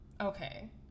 Okay